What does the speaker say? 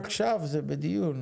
עכשיו זה בדיון.